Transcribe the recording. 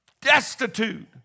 destitute